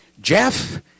Jeff